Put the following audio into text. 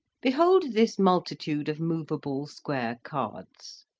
behold this multitude of moveable square cards.